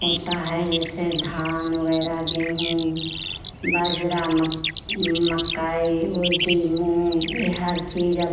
होता है जैसे धान वग़ैरह गेहूँ बाजरा मक मक्कई उरदी मूँग ये हर चीज़ अब